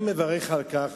אני מברך על כך.